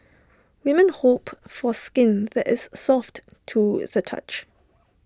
women hope for skin that is soft to the touch